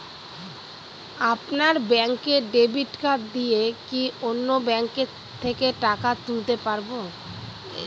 আপনার ব্যাংকের debit card দিয়ে কি অন্য ব্যাংকের থেকে টাকা তুলতে পারবো?